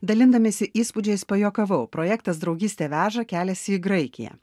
dalindamiesi įspūdžiais pajuokavau projektas draugystė veža keliasi į graikiją